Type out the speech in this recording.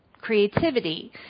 creativity